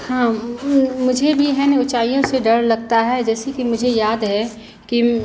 हाँ मुझे भी है ना ऊँचाइयों से डर लगता है जैसेकि मुझे याद है कि